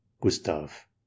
Gustav